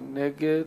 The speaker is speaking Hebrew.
מי נגד?